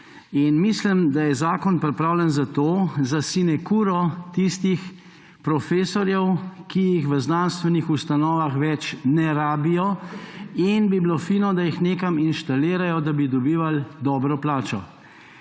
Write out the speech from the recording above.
Mislim, da je zakon pripravljen za to, za sinekuro tistih profesorjev, ki jih v znanstvenih ustanovah več ne rabijo in bi bilo fino, da jih nekam inštalirajo, da bi dobivali dobro plačo.